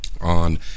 on